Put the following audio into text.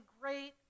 great